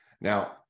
Now